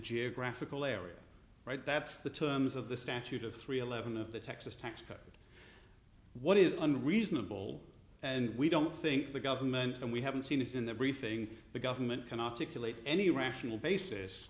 geographical area right that's the terms of the statute of three eleven of the texas tax code what is unreasonable and we don't think the government and we haven't seen it in the briefing the government can articulate any rational basis